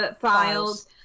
files